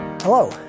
Hello